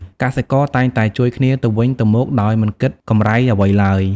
កសិករតែងតែជួយគ្នាទៅវិញទៅមកដោយមិនគិតកម្រៃអ្វីឡើយ។